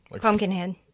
Pumpkinhead